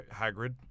Hagrid